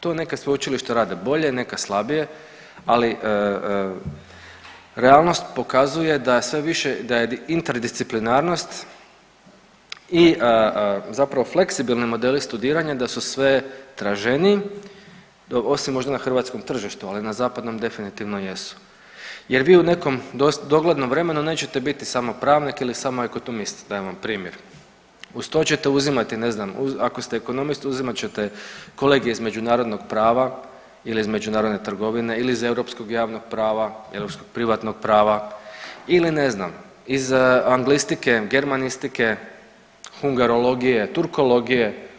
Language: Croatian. To neka sveučilišta rade bolje, neka slabije, ali realnost pokazuje da sve više da je interdisciplinarnost i zapravo fleksibilni modeli studiranja da su sve traženiji osim možda na hrvatskom tržištu, ali na zapadnom definitivno jesu jer vi u nekom doglednom vremenu nećete biti samo pravnik ili samo ekonomist dajem vam primjer, uz to čete uzimati ne znam ako ste ekonomist uzimat ćete kolegije iz međunarodnog prava ili iz međunarodne trgovine ili europskog javnog prava, europskog privatnog prava ili ne znam iz anglistike, germanistike, hungarologije, turkologije.